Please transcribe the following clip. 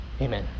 Amen